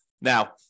Now